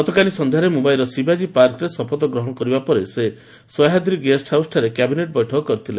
ଗତକାଲି ସନ୍ଧ୍ୟାରେ ମୁମ୍ୟାଇର ଶିବାଜୀ ପାର୍କରେ ଶପଥ ଗ୍ରହଣ କରିବା ପରେ ସେ ସହ୍ୟାଦ୍ରୀ ଗେଷ୍ଟ ହାଉସ୍ରେ କ୍ୟାବିନେଟ୍ ବୈଠକ କରିଥିଲେ